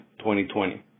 2020